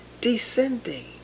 descending